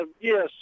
Yes